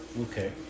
Okay